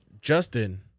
Justin